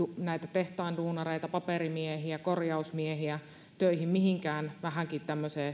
tehtaan duunareita paperimiehiä korjausmiehiä töihin mihinkään tämmöiseen vähänkin